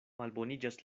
malboniĝas